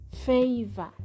favor